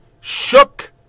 Shook